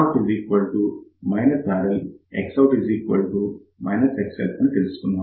మరియు Rout RL Xout XL అని తెలుసుకున్నాము